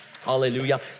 hallelujah